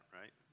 right